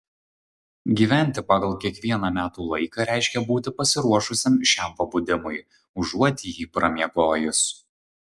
gyventi pagal kiekvieną metų laiką reiškia būti pasiruošusiam šiam pabudimui užuot jį pramiegojus